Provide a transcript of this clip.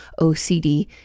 OCD